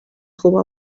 خوب